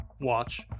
watch